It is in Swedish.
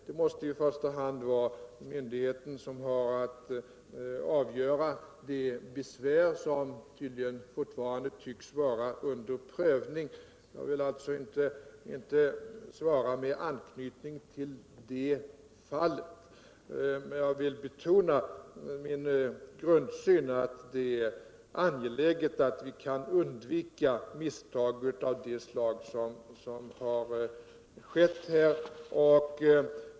Det måste i första hand vara myndigheten som har att avgöra de besvär som tydligen fortfarande är under prövning. Jag vill alltså inte svara med anknytning till det fallet. Men jag vill betona min grundsyn, att det är angeläget att vi kan undvika misstag av det slag som här har skett.